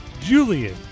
Julian